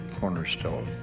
cornerstone